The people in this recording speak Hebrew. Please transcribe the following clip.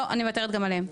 את מבקשת,